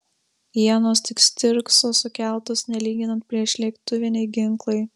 ienos tik stirkso sukeltos nelyginant priešlėktuviniai ginklai